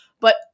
But-